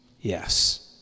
Yes